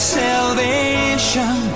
salvation